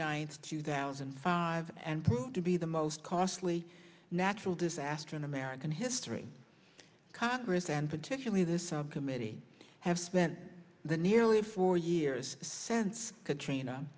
ninth two thousand and five and proved to be the most costly natural disaster in american history congress and particularly this subcommittee have spent the nearly four years since katrina